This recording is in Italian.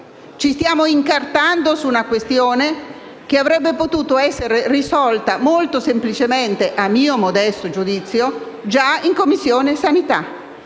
Ci stiamo incartando su una problematica che avrebbe potuto essere risolta molto semplicemente, a mio modesto giudizio, già in Commissione sanità.